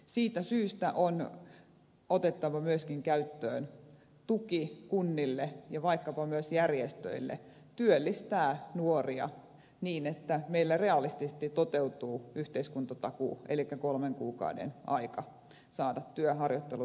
siitä syystä on otettava myöskin käyttöön tuki kunnille ja vaikkapa myös järjestöille työllistää nuoria niin että meillä realistisesti toteutuu yhteiskuntatakuu elikkä kolmen kuukauden aika saada työharjoittelu tai koulutuspaikka